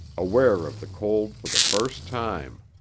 aware of the cold for the first time.